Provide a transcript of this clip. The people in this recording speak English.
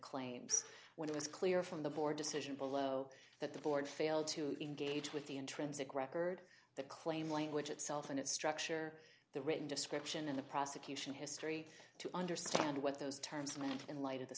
claims when it was clear from the board decision below that the board failed to engage with the intrinsic record the claim language itself and its structure the written description in the prosecution history to understand what those terms meant in light of the